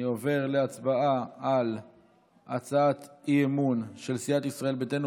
אני עובר להצבעה על הצעת אי-אמון של סיעת ישראל ביתנו,